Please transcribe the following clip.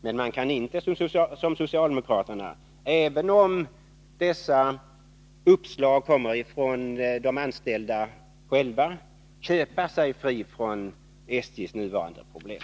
Men man kan inte som socialdemokraterna, även om deras uppslag kommer från de anställda själva, köpa sig fri från SJ:s nuvarande problem.